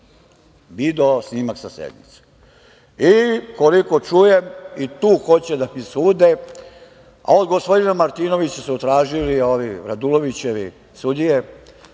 Video snimak sa sednice! Koliko čujem, i tu hoće da mi sude. Od gospodina Martinovića su tražili, ove Radulovićeve sudije,